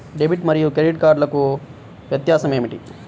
Debit మరియు credit కార్డ్లకు వ్యత్యాసమేమిటీ?